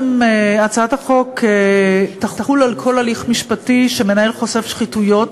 הצעת החוק תחול על כל הליך משפטי שמנהל חושף שחיתויות,